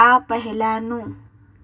આ પહેલાંનું